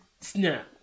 snap